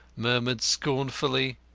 murmured scornfully,